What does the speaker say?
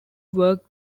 worked